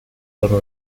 torno